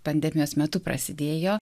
pandemijos metu prasidėjo